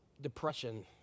depression